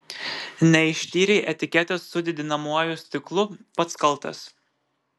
neištyrei etiketės su didinamuoju stiklu pats kaltas